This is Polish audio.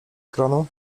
kranu